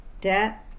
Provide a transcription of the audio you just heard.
Debt